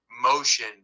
motion